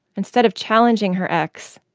instead of challenging her ex,